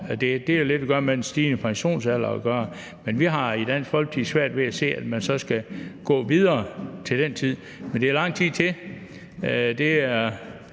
Det har lidt at gøre med den stigende pensionsalder. Men vi har i Dansk Folkeparti svært ved at se, at man til den tid så skal gå videre. Men der er lang tid til.